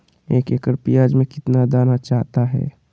एक एकड़ प्याज में कितना दाना चाहता है?